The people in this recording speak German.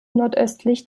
nordöstlich